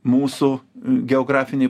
mūsų geografinėj